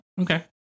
Okay